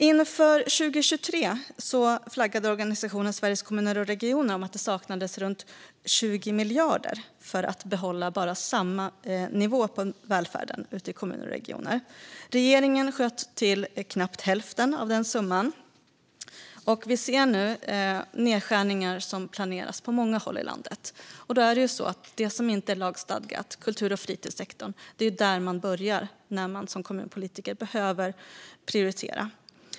Inför 2023 flaggade organisationen Sveriges Kommuner och Regioner om att det saknades runt 20 miljarder för att behålla samma nivå på välfärden ute i kommunerna och regionerna. Regeringen sköt till knappt hälften av summan. Vi ser nu att nedskärningar planeras på många håll i landet, och som kommunpolitiker börjar man med det som inte är lagstadgat, såsom kultur och fritidssektorn, när man måste prioritera.